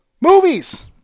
Movies